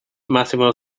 maximal